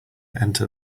enter